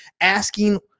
asking